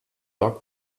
dog